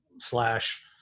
slash